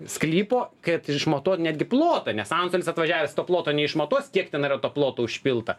sklypo kad išmatuot netgi plotą nes antstolis atvažiavęs to ploto neišmatuos kiek ten yra to ploto užpilta